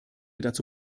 dazu